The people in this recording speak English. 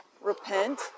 repent